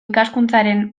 ikaskuntzaren